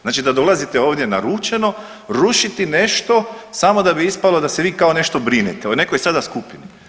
Znači da dolazite ovdje naručeno rušiti nešto samo da bi ispalo da se vi kao nešto brinete o nekoj sada skupini.